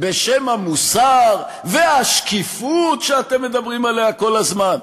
בשם המוסר והשקיפות שאתם מדברים עליהם כל הזמן,